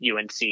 unc